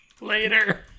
Later